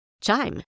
Chime